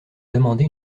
demandé